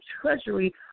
treasury